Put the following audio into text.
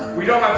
we don't have